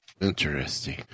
Interesting